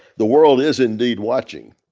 the world is indeed watching.